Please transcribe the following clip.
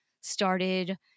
started